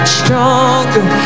stronger